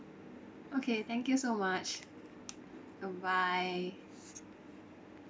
okay thank you so much bye bye